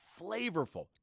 flavorful